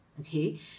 okay